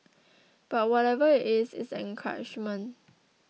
but whatever it is it's an encouragement